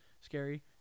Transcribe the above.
scary